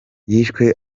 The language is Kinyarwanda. yishwe